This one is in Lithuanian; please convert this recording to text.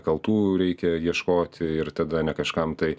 kaltų reikia ieškoti ir tada ne kažkam tai